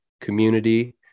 community